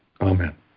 Amen